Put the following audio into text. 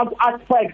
aspects